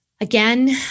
again